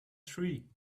tree